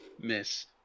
miss